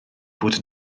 fod